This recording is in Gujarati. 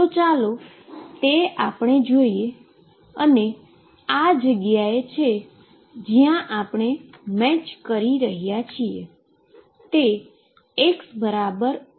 હવે ચાલો જોઈએ કે તે આ જગ્યાએ છે જ્યાં આપણે મેચ કરી રહ્યા છીએ તે xx0 પાસે છે